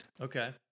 Okay